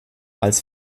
als